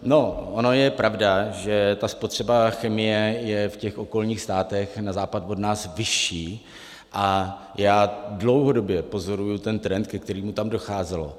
No, ona je pravda, že spotřeba chemie je v okolních státech na západ od nás vyšší, a já dlouhodobě pozoruji ten trend, ke kterému tam docházelo.